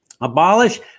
Abolish